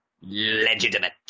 legitimate